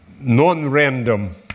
non-random